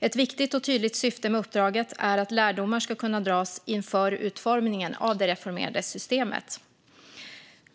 Ett viktigt och tydligt syfte med uppdraget är att lärdomar ska kunna dras inför utformningen av det reformerade systemet.